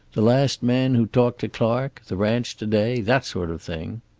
the last man who talked to clark the ranch to-day. that sort of thing.